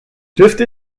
dürfte